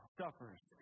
suffers